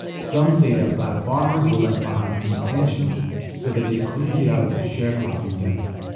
some say that black farmers were left behind intentionally so that they couldn't get out of their sharecropping debts.